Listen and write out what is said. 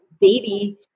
baby